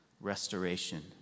Restoration